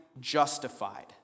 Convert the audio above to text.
justified